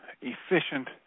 efficient